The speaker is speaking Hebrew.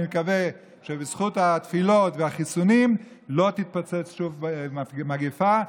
אני מקווה שבזכות התפילות והחיסונים לא תתפרץ שוב מגפה,